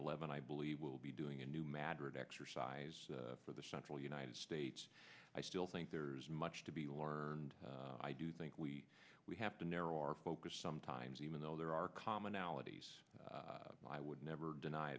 eleven i believe will be doing a new mattered exercise for the central united states i still think there's much to be learned i do think we we have to narrow our focus sometimes even though there are commonalities i would never deny